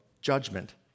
judgment